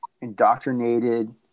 indoctrinated